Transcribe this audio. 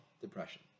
depression